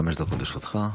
חמש דקות לרשותך,